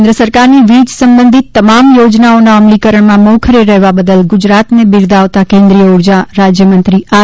કેન્ સરકારની વીજ સંબંધિત તમામ યોજનાઓના અમલીકરણમાં મોખરે રહેવા બદલ ગુજરાતને બિરદાવતા કેન્રીસંય ઊર્જા રાજ્યમંત્રી આર